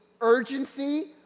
urgency